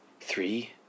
three